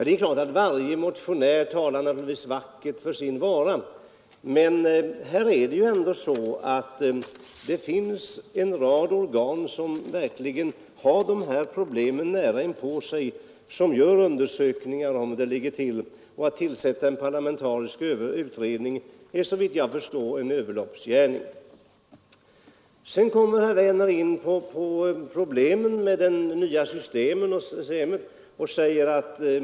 Det är klart att varje motionär talar vackert för sin vara, men i det här fallet finns det en rad organ som verkligen har dessa problem nära inpå sig och som gör utredningar om läget. Att tillsätta en parlamentarisk utredning är såvitt jag förstår en överloppsgärning. Sedan kommer herr Werner in på problemen med det nya systemet.